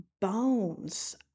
bones